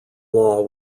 law